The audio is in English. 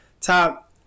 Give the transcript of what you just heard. top –